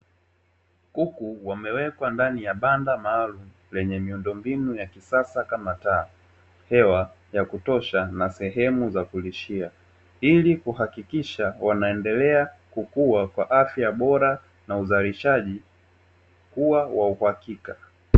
Kuku wamewekwa ndani ya banda maalumu lenye miundombinu ya kisasa kama taa, hewa ya kutosha na sehemu za kulishia ili kuhakikisha wanaendelea kukua kwa afya bora, na uzalishaji kuwa wa uhakika.